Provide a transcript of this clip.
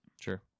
sure